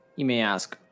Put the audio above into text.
you may ask,